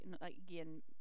again